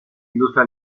industrie